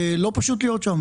לא פשוט להיות שם.